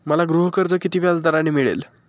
मला गृहकर्ज किती व्याजदराने मिळेल?